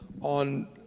on